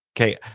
Okay